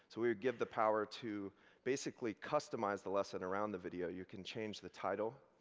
so we we give the power to basically customize the lesson around the video. you can change the title,